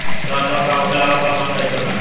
त्योहार लोन का होखेला आउर कब हम ले सकत बानी?